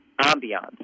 ambiance